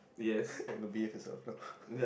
eh no behave youself now